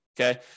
Okay